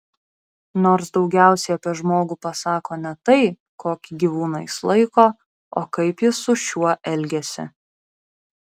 nors daugiausiai apie žmogų pasako ne tai kokį gyvūną jis laiko o kaip jis su šiuo elgiasi